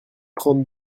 trente